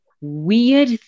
weird